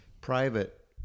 private